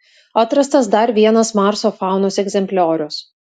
atrastas dar vienas marso faunos egzempliorius